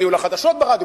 בניהול החדשות ברדיו,